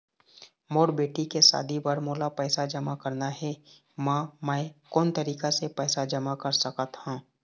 मोर बेटी के शादी बर मोला पैसा जमा करना हे, म मैं कोन तरीका से पैसा जमा कर सकत ह?